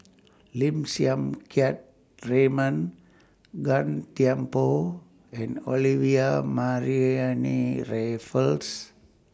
Lim Siang Keat Raymond Gan Thiam Poh and Olivia Mariamne Raffles